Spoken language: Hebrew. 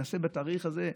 נעשה בתאריך הזה.